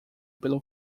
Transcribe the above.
pelo